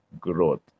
growth